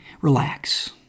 relax